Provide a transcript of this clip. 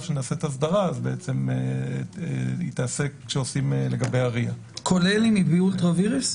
שנעשית אסדרה היא תיעשה כשעושים לגביה RIA. כולל אם היא באולטרה וירס?